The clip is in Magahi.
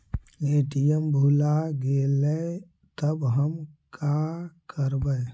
ए.टी.एम भुला गेलय तब हम काकरवय?